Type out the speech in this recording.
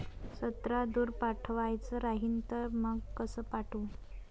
संत्रा दूर पाठवायचा राहिन तर मंग कस पाठवू?